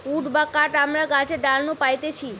would বা কাঠ আমরা গাছের ডাল নু পাইতেছি